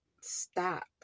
stop